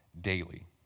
daily